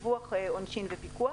עונשין ופיקוח.